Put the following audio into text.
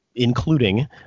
including